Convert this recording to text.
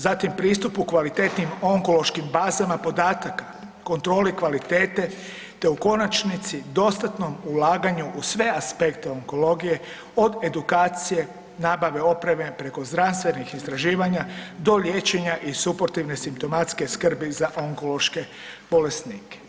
Zatim pristup u kvalitetnim onkološkim bazama podataka, kontroli kvalitete, te u konačnici dostatnom ulaganju u sve aspekte onkologije, od edukacije, nabave opreme preko zdravstvenih istraživanja do liječenja i suportivne simptomatske skrbi za onkološke bolesnike.